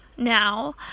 Now